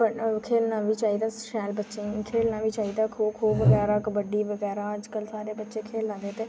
पढ खेढना बी चाहिदा शैल बच्चें ई खेढना बी चाहिदा खोऽ खोऽ बगैरा कबड्डी बगैरा अजकल सारे बच्चे खेढै दे ते